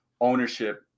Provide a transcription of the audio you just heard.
ownership